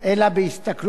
אלא בהסתכלות רחבה,